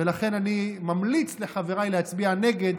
ולכן אני ממליץ לחבריי להצביע נגד.